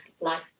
life